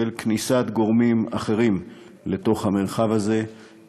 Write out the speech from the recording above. של כניסת גורמים אחרים למרחב הזה.